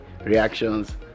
reactions